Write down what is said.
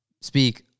speak